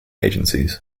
agencies